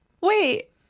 wait